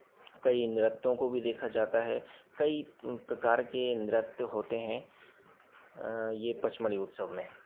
कई नृत्यों को भी देखा जाता है कई प्रकार के नृत्य होते हैं ये पचमढ़ी उत्सव में